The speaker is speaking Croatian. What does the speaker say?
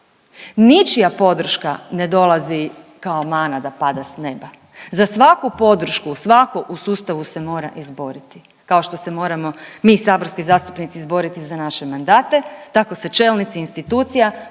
Ničija podrška ne dolazi kao mana da pada s neba. Za svaku podršku svako u sustavu se mora izboriti kao što se moramo mi saborski zastupnici izboriti za naše mandate tako se čelnici institucija